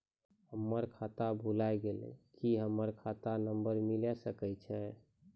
हमर खाता भुला गेलै, की हमर खाता नंबर मिले सकय छै?